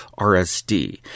RSD